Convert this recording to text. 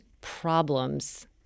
problems